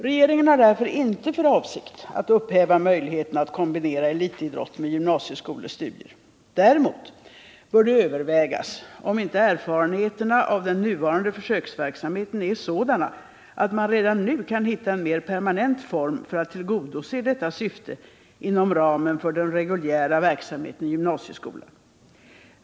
Regeringen har därför inte för avsikt att upphäva möjligheten att kombinera elitidrott med gymnasiestudier. Däremot bör det övervägas om inte erfarenheterna av den nuvarande försöksverksamheten är sådana att man redan nu kan hitta en mer permanent form för att tillgodose detta syfte inom ramen för den reguljära verksamheten i gymnasieskolan.